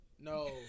No